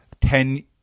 Ten